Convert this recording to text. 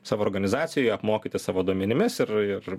savo organizacijoje apmokyti savo duomenimis ir ir